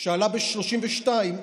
שעלה ב-1932,